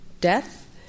death